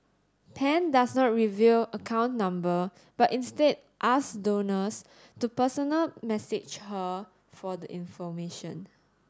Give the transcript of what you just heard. Pan does not reveal account number but instead asks donors to personal message her for the information